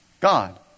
God